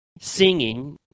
singing